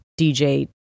DJ